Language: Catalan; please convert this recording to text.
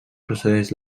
precedeix